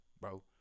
bro